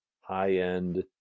high-end